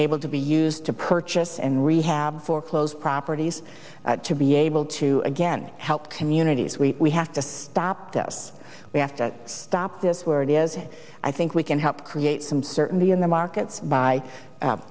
able to be used to purchase and rehab foreclosed properties to be able to again help communities we have to stop this we have to stop this where it is i think we can help create some certainty in the markets by